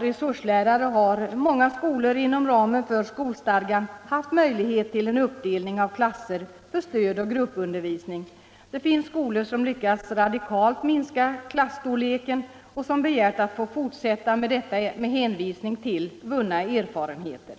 resurslärare har många skolor inom ramen för skolstadgan haft möjlighet att göra en uppdelning av klasser för stödoch gruppundervisning. Det finns skolor som har lyckats minska klassstorleken radikalt och som har begärt att få fortsätta med detta med hänvisning till vunna erfarenheter.